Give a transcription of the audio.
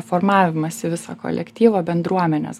formavimąsi visą kolektyvo bendruomenės